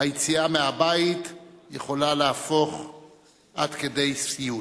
היציאה מהבית יכולה להפוך עד כדי סיוט.